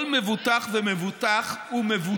כל מבוטח ומבוטחת